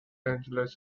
angeles